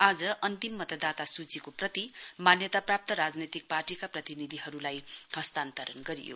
आज अन्तिम मतदाता सूचीको प्रति मान्यताप्राप्त राजनैतिक पार्टीका प्रतिनिधिहरुलाई हस्तान्तरण गरियो